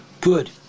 good